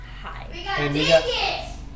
Hi